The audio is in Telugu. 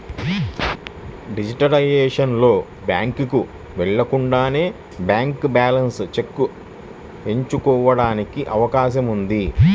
డిజిటలైజేషన్ లో, బ్యాంకుకు వెళ్లకుండానే బ్యాంక్ బ్యాలెన్స్ చెక్ ఎంచుకోవడానికి అవకాశం ఉంది